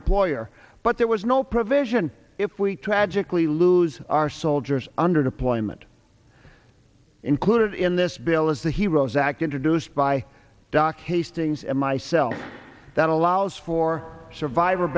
employer but there was no provision if we tragically lose our soldiers under deployment included in this bill is the hero's act introduced by doc hastings and myself that allows for survivor